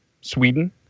Sweden